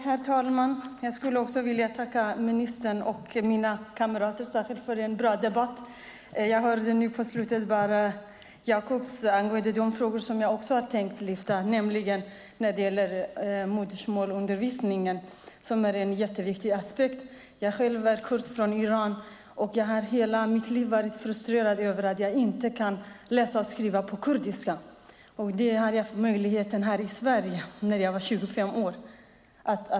Herr talman! Jag skulle också vilja tacka ministern och särskilt mina kamrater för en bra debatt. Jag hörde nu på slutet Jacob Johnson angående de frågor som jag också har tänkt lyfta upp, nämligen modersmålsundervisningen som är en jätteviktig aspekt. Jag är själv kurd från Iran och har hela mitt liv varit frustrerad över att jag inte kan läsa och skriva på kurdiska. Det fick jag möjlighet till först här i Sverige när jag var 25 år.